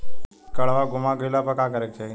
काडवा गुमा गइला पर का करेके चाहीं?